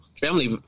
family